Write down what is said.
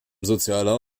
sozialer